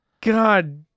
God